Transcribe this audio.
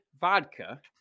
vodka